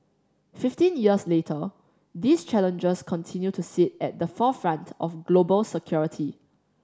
fifteen years later these challenges continue to sit at the forefront of global security